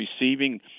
receiving